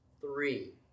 three